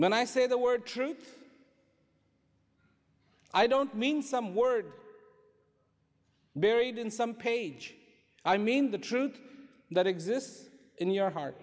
when i say the word truth i don't mean some word buried in some page i mean the truth that exists in your heart